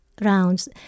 rounds